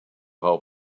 how